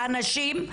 והנשים?